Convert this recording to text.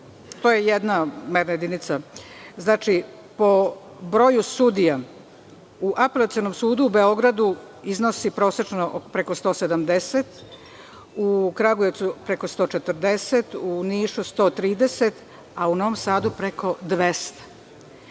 to je jedna merna jedinica, po broju sudija u Apelacionom sudu u Beogradu iznose prosečno preko 170, u Kragujevcu preko 140, u Nišu 130, a u Novom Sadu preko 200.